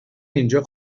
اینجا